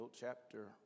chapter